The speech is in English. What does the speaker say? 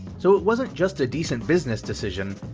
so it wasn't just a decent business decision,